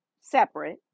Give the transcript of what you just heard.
separate